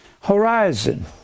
Horizon